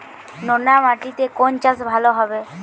নোনা মাটিতে কোন চাষ ভালো হবে?